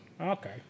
Okay